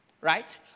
right